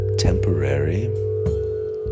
temporary